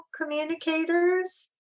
communicators